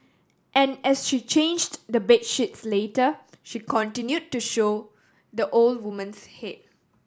and as she changed the bed sheets later she continued to show the old woman's head